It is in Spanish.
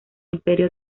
imperio